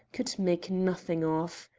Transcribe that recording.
could make nothing of.